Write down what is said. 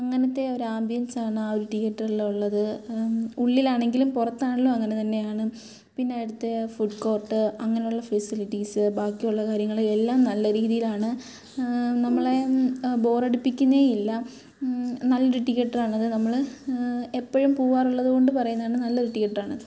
അങ്ങനത്തെ ഒരു ആമ്പിയൻസാണ് ആ ഒരു തീയറ്ററിലുള്ളത് ഉള്ളിലാണെങ്കിലും പുറത്താണെങ്കിലും അങ്ങനെ തന്നെയാണ് പിന്നെ അവിടുത്തെ ഫുഡ് കോർട്ട് അങ്ങനുള്ള ഫെസിലിറ്റീസ് ബാക്കിയുള്ള കാര്യങ്ങൾ എല്ലാം നല്ല രീതിയിലാണ് നമ്മളെ ബോറടിപ്പിക്കുന്നേ ഇല്ല നല്ലൊരു തീയറ്ററാണത് നമ്മൾ എപ്പോഴും പോകാറുള്ളത് കൊണ്ട് പറയുന്നതാണ് നല്ലൊരു തീയറ്ററാണത്